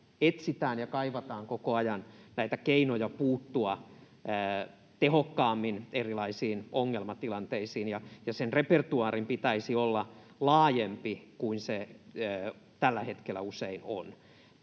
etsitään ja kaivataan koko ajan näitä keinoja puuttua tehokkaammin erilaisiin ongelmatilanteisiin, ja sen repertuaarin pitäisi olla laajempi kuin se tällä hetkellä usein on.